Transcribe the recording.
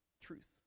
truth